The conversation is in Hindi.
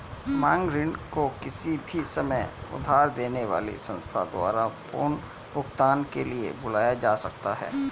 मांग ऋण को किसी भी समय उधार देने वाली संस्था द्वारा पुनर्भुगतान के लिए बुलाया जा सकता है